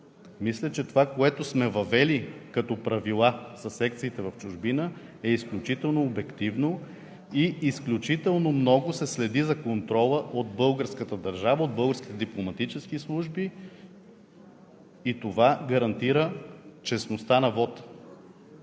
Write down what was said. Мисля, че това, което сме въвели като правила със секциите в чужбина, е изключително обективно, изключително много се следи за контрола от българската държава, от българските дипломатически служби и това гарантира честността на вота.